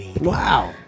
Wow